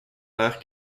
l’air